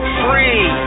free